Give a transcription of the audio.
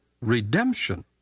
redemption